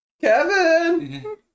kevin